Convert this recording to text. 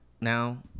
now